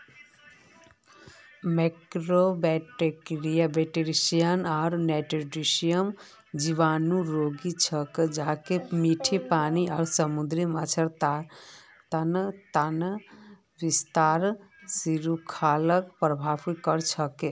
mycobacteriosis आर nocardiosis जीवाणु रोग छेक ज कि मीठा पानी आर समुद्री माछेर तना विस्तृत श्रृंखलाक प्रभावित कर छेक